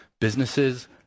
Businesses